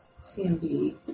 CMB